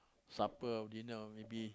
supper dinner maybe